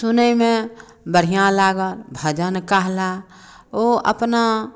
सुनयमे बढ़िआँ लागल भजन कहलाह ओ अपना